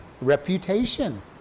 reputation